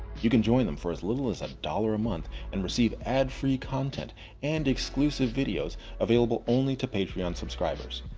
you can join them for as little as a dollar a month and receive ad free content and exclusive videos available only to patreon subscribers.